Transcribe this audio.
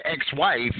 ex-wife